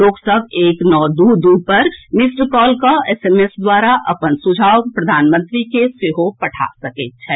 लोक सभ एक नओ दू दू पर मिस्ड कॉल कऽ एसएमएस द्वारा अपन सुझाव प्रधानमंत्री के सेहो पठा सकैत छथि